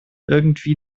irgendwie